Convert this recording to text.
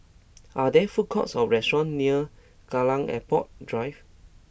are there food courts or restaurants near Kallang Airport Drive